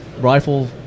rifle